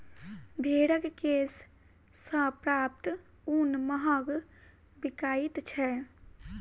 भेंड़क केश सॅ प्राप्त ऊन महग बिकाइत छै